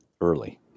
Early